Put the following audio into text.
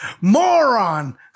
moron